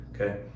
Okay